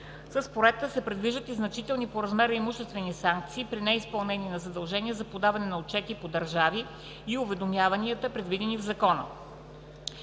С Проекта се предвиждат и значителни по размер имуществени санкции при неизпълнение на задълженията за подаване на отчети по държави и уведомяване, предвидени в Закона.